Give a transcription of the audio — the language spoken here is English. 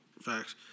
Facts